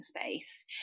space